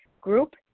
Group